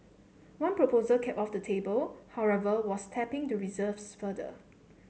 one proposal kept off the table however was tapping the reserves further